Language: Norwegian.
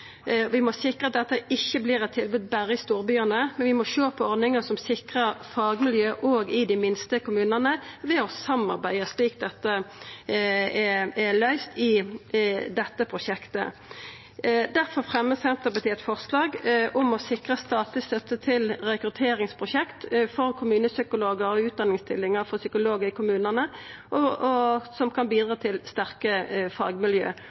Vi må sikra at dette ikkje vert eit tilbod berre i storbyane, men må sjå på ordningar som ved å samarbeida sikrar fagmiljø òg i dei minste kommunane, slik det er løyst i dette prosjektet. Difor fremjar Senterpartiet eit forslag om å sikra statleg støtte til rekrutteringsprosjekt for kommunepsykologar og utdanningsstillingar for psykologar i kommunane som kan bidra til sterke fagmiljø.